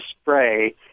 spray